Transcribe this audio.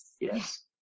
Yes